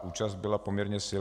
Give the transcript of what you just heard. Účast byla poměrně silná.